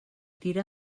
tira